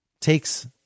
takes